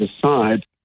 decide